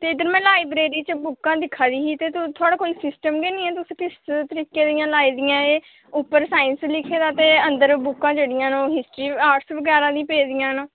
ते इद्धर में लाइब्रेरी च बुक्कां दिक्खा दी ही ते थुआढ़ा कोई सिस्टम गै नेईं ऐ तुस किस तरीके दियां लाई दियां एह् उप्पर साईंस लिखे दा ते अंदर बुक्कां जेह्ड़ियां न ओह् हिस्ट्री आर्टस बगैरा दियां पेदियां न